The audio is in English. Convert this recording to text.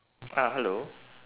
ah hello